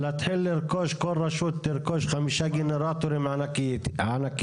להתחיל לרכוש כל רשות תרכוש חמישה גנרטורים ענקיים,